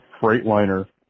Freightliner